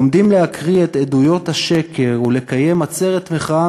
עומדים להקריא את עדויות השקר ולקיים עצרת מחאה